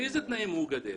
באיזה תנאים הוא גדל?